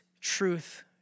truth